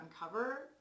uncover